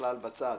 בכלל בצד.